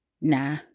Nah